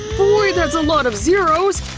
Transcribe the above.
boy, that's a lot of zeros!